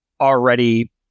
already